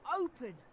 open